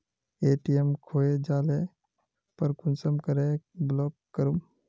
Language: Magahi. ए.टी.एम खोये जाले पर कुंसम करे ब्लॉक करूम?